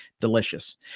delicious